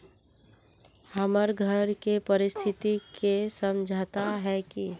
हमर घर के परिस्थिति के समझता है की?